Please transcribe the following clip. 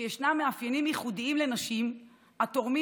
שישנם מאפיינים ייחודיים לנשים התורמים